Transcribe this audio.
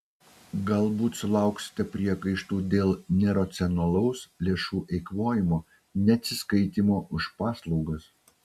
galbūt sulauksite priekaištų dėl neracionalaus lėšų eikvojimo neatsiskaitymo už paslaugas